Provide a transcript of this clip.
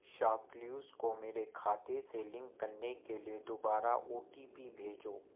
shop clues کو میرے کھاتے سے لنک کرنے کے لیے دوبارہ او ٹی پی بھیجو